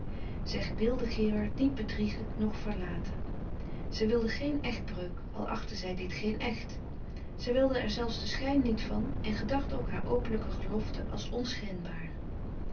zij wilde gerard niet bedriegen noch verlaten zij wilde geen echtbreuk al achtte zij dit geen echt zij wilde er zelfs den schijn niet van en gedacht ook haar openlijke gelofte als